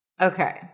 Okay